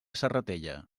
serratella